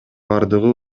бардыгы